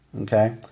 okay